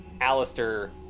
Alistair